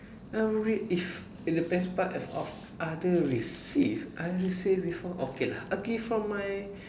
um wait if the best part of of other receive I receive before okay lah okay from my